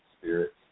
spirits